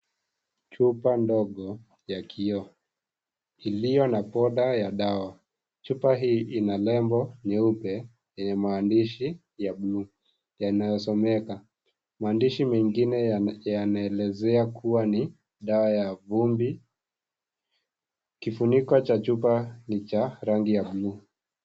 Chupa ndogo ya kioo iliyo na ponda ya dawa, chupa hii inanembo nyeupe yenye maandishi ya buluu yanayosomeka, maandishi mengine yanaelezea kua ni dawa ya vumbi, kifuniko cha chupa ni cha rangi ya buluu.